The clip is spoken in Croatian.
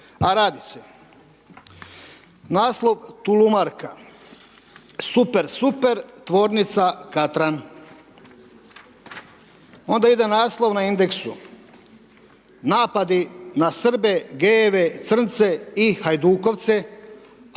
A radi se, naslov: „Tulumarka Super, super tvornica Katran“. Onda ide naslov na Indexu: „Napadi na Srbe, gayeve, crnce i hajdukovce,